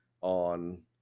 on